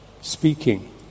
speaking